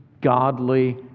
godly